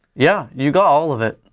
yeah, you got all of it.